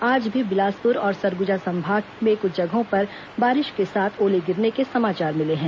आज भी बिलासपुर और सरगुजा संभाग में कुछ जगहों पर बारिश के साथ ओले गिरने के समाचार मिले हैं